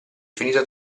finita